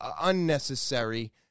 unnecessary